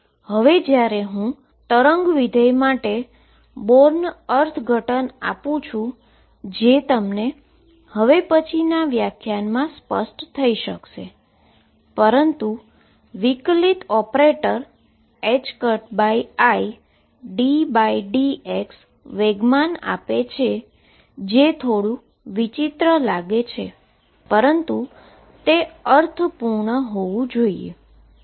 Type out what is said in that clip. હવે જ્યારે હું વેવ ફંક્શન માટે બોર્ન ઈન્ટીગ્રેશન આપું છું જે તમને હવે પછીના વ્યાખ્યાનમાં સ્પષ્ટ થઈ શકશે પરંતુ ડીફરેંન્શીઅલ ઓપરેટર iddx મોમેન્ટમ આપે છે કે થોડું વિચિત્ર લાગે છે પરંતુ તે અર્થપૂર્ણ છે તે હવે જોઈએ